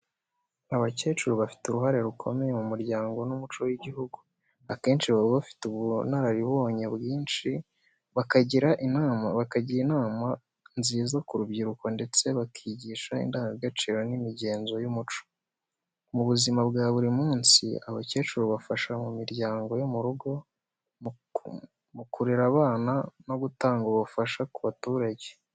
Abakecuru bafite uruhare rukomeye mu muryango n’umuco w’igihugu. Akenshi baba bafite ubunararibonye bwinshi, bakagira inama nziza ku rubyiruko ndetse bakigisha indangagaciro n’imigenzo y’umuco. Mu buzima bwa buri munsi, abakecuru bafasha mu mirimo yo mu rugo, mu kurera abana no gutanga ubufasha ku baturage.